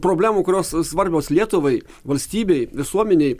problemų kurios svarbios lietuvai valstybei visuomenei